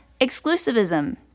exclusivism